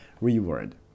Reward